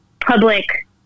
public